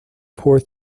poor